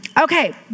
Okay